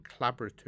collaborative